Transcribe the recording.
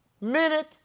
minute